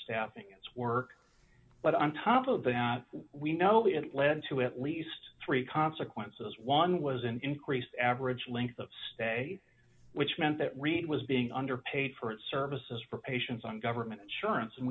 staffing its work but on top of that we know it led to at least three consequences one was an increased average length of stay which meant that reed was being underpaid for its services for patients on government insurance and